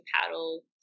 paddle